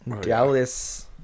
Dallas